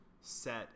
set